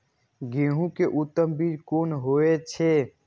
गेंहू के उत्तम बीज कोन होय छे?